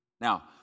Now